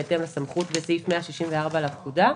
בהתאם לסמכות בסעיף 164 לפקודה,